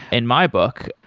in my book.